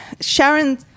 Sharon